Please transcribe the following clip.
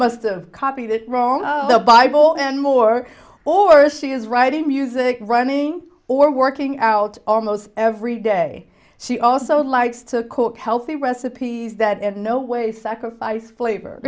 must've copied it wrong of the bible then more or less she is writing music running or working out almost every day she also likes to cook healthy recipes that have no way sacrifice flavor